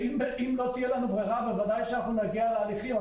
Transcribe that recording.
ואם לא תהיה לנו ברירה ודאי נגיע להליכים.